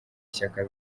shyaka